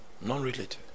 non-related